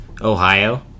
Ohio